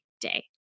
day